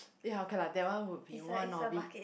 ya okay lah that one will be one of it